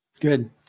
Good